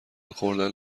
خوردن